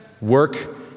work